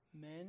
men